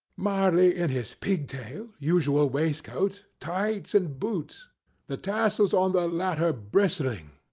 marley in his pigtail, usual waistcoat, tights and boots the tassels on the latter bristling,